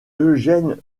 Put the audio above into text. eugène